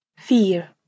Fear